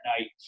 night